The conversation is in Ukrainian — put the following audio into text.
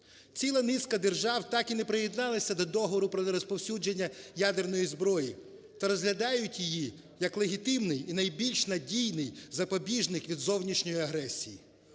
Ціла низка держав так і не приєдналися до договору про не розповсюдження ядерної зброї та розглядають її як легітимний і найбільш надійний запобіжник від зовнішньої агресії.